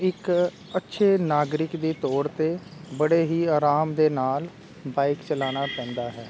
ਇੱਕ ਅੱਛੇ ਨਾਗਰਿਕ ਦੀ ਤੌਰ 'ਤੇ ਬੜੇ ਹੀ ਆਰਾਮ ਦੇ ਨਾਲ ਬਾਈਕ ਚਲਾਉਣਾ ਪੈਂਦਾ ਹੈ